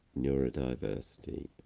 neurodiversity